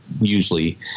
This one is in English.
usually